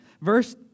Verse